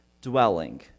dwelling